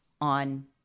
on